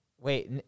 Wait